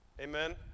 Amen